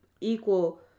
equal